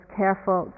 careful